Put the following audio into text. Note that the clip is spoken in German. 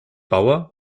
bauer